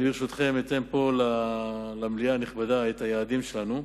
ברשותכם, אציג למליאה הנכבדה את היעדים שלנו,